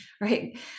right